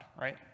right